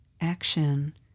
action